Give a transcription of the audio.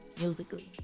musically